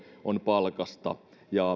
on palkasta